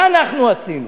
מה אנחנו עשינו?